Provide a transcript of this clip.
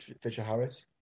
Fisher-Harris